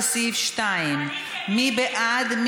לסעיף 2. מי בעד?